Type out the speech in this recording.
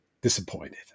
disappointed